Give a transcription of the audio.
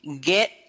get